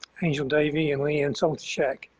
angel davey, and leigh ann soltysiak.